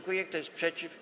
Kto jest przeciw?